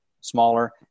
smaller